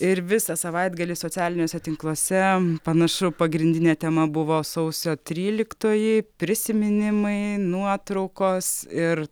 ir visą savaitgalį socialiniuose tinkluose panašu pagrindinė tema buvo sausio tryliktoji prisiminimai nuotraukos ir